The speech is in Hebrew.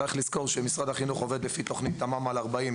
צריך לזכור שמשרד החינוך עובד לפי תוכנית תמ"מ/40,